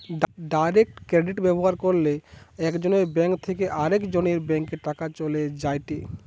direct credit ব্যবহার কইরলে একজনের ব্যাঙ্ক থেকে আরেকজনের ব্যাংকে টাকা চলে যায়েটে